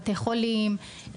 בתי חולים,